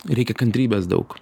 reikia kantrybės daug